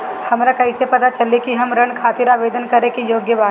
हमरा कईसे पता चली कि हम ऋण खातिर आवेदन करे के योग्य बानी?